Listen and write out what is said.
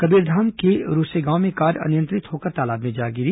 कबीरधाम के रूसे गांव में कार अनियंत्रित होकर तालाब में जा गिरी